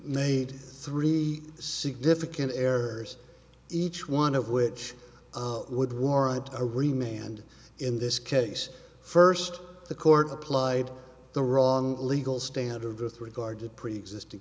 made three significant errors each one of which would warrant a remained in this case first the court applied the wrong legal standard with regard to preexisting